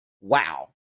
Wow